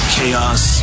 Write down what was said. Chaos